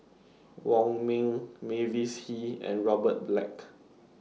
Wong Ming Mavis Hee and Robert Black